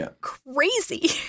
crazy